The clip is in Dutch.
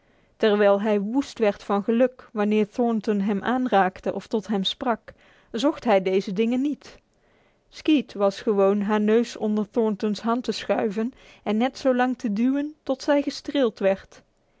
terwijl hij woest werd van geluk wanneer thornton hem aanraakte of tot hem sprak zocht hij deze dingen niet skeet was gewoon haar neus onder thornton's hand te schuiven en net zolang te duwen tot zij gestreeld werd